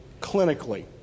clinically